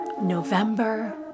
November